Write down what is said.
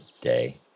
day